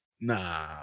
nah